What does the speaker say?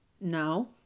no